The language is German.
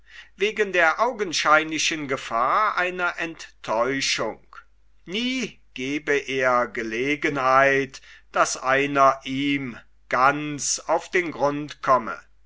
wegen der augenscheinlichen gefahr einer enttäuschung nie gebe er gelegenheit daß einer ihm ganz auf den grund komme